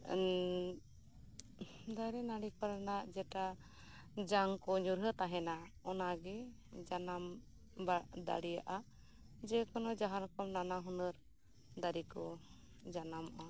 ᱫᱟᱨᱤ ᱱᱟᱹᱬᱤ ᱠᱚᱨᱮᱱᱟᱜ ᱡᱮᱴᱟ ᱡᱟᱝᱠᱩ ᱧᱩᱨᱦᱟᱹ ᱛᱟᱦᱮᱱᱟ ᱚᱱᱟᱜᱤ ᱡᱟᱱᱟᱢ ᱫᱟᱲᱤᱭᱟᱜᱼᱟ ᱡᱮᱠᱚᱱᱚ ᱡᱟᱦᱟᱸᱨᱚᱠᱚᱢ ᱱᱟᱱᱟ ᱦᱩᱱᱟᱹᱨ ᱫᱟᱨᱤᱠᱩ ᱡᱟᱱᱟᱢᱚᱜᱼᱟ